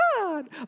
god